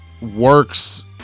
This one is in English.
works